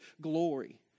glory